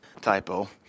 Typo